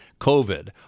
COVID